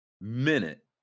minute